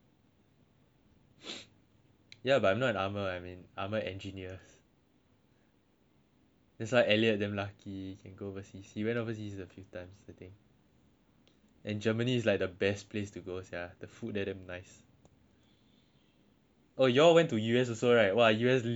ya but I'm not armour I mean I'm an armour engineer it's like elliot damn lucky he went overseas a few times and germany is like the best place to go sia the food there damn nice